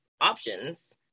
options